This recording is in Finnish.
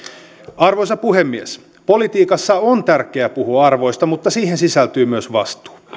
arvoisa puhemies politiikassa on tärkeä puhua arvoista mutta siihen sisältyy myös vastuu